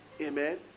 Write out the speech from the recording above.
Amen